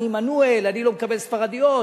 אני עמנואל, אני לא מקבל ספרדיות.